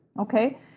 okay